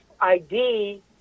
ID